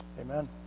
Amen